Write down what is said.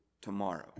tomorrow